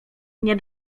nie